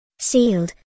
sealed